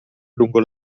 lungo